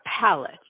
palette